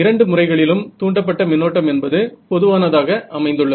இரண்டு முறைகளிலும் தூண்டப்பட்ட மின்னோட்டம் என்பது பொதுவானதாக அமைந்துள்ளது